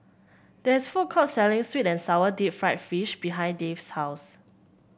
there is a food court selling sweet and sour Deep Fried Fish behind Dave's house